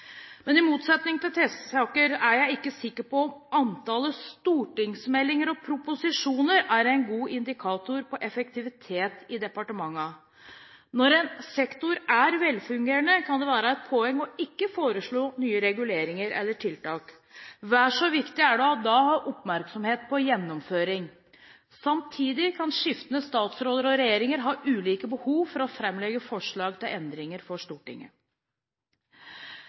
Men i motsetning til Tesaker, er jeg ikke sikker på om antallet stortingsmeldinger og proposisjoner er en god indikator på effektivitet i departementene. Når en sektor er velfungerende, kan det være et poeng å ikke foreslå nye reguleringer eller tiltak. Vel så viktig er det da å ha oppmerksomhet på gjennomføring. Samtidig kan skiftende statsråder og regjeringer ha ulike behov for å framlegge forslag til endringer for Stortinget.